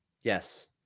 Yes